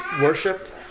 worshipped